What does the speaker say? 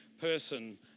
person